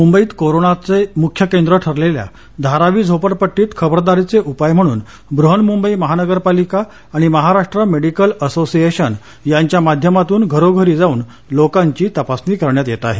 मुंबईत कोरोनाचे मुख्य केंद्र ठरलेल्या धारावी झोपडपट्टीत खबरदारीचे उपाय म्हणून बृहन्मुंबई महानगरपालिका आणि महाराष्ट्र मेडिकल असोसिएशन यांच्या माध्यमातून घरोघरी जाऊन लोकांची तपासणी करण्यात येत आहे